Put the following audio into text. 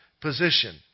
position